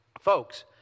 Folks